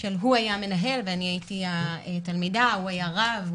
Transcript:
של הוא היה מנהל ואני הייתי התלמידה, הוא היה רב,